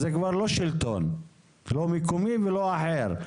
זה כבר לא שלטון, לא מקומי ולא אחר.